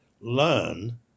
Learn